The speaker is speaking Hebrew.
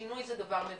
שינוי זה דבר מבורך.